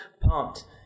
pumped